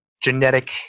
genetic